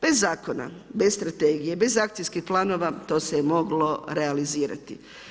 Bez zakona, bez strategije, bez akcijskih planova to se je moglo realizirati.